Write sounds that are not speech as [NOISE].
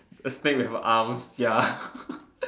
a snake with a arms ya [LAUGHS]